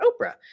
oprah